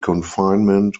confinement